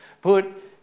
Put